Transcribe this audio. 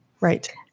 Right